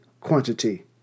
quantity